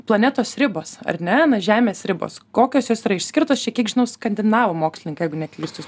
planetos ribos ar ne na žemės ribos kokios jos yra išskirtos čia kiek žinau skandinavų mokslininkai jeigu neklystu